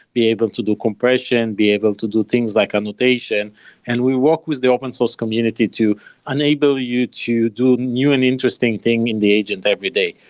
be able to do compression, be able to do things like annotation and we work with the open source community to enable you to do new and interesting thing in the agent every day.